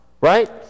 right